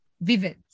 vivid